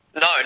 no